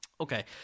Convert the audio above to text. Okay